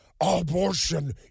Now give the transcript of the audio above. abortion